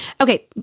Okay